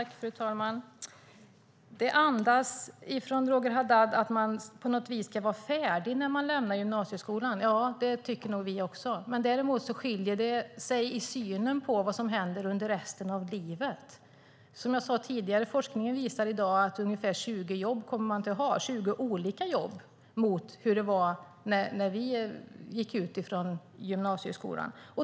Fru talman! Det andas från Roger Haddad att man ska vara färdig när man lämnar gymnasieskolan. Det tycker vi också. Men däremot skiljer vi oss i synen på vad som händer under resten av livet. Som jag sade tidigare visar forskningen att man kommer att ha ungefär 20 olika jobb. Det kan jämföras med hur det var när vi lämnade gymnasieskolan.